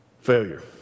Failure